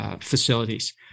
Facilities